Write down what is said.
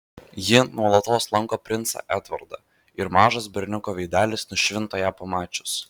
ji nuolatos lanko princą edvardą ir mažas berniuko veidelis nušvinta ją pamačius